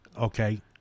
okay